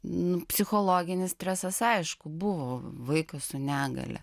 nu psichologinis stresas aišku buvo vaikas su negalia